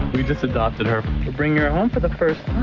we just adopted her. we're bringing her home for the first